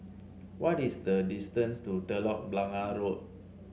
what is the distance to Telok Blangah Road